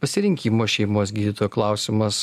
pasirinkimo šeimos gydytojo klausimas